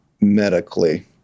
medically